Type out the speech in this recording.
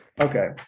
Okay